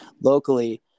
Locally